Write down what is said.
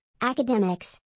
academics